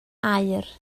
aur